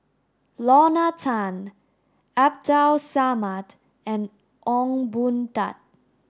Lorna Tan Abdul Samad and Ong Boon Tat